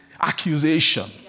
accusation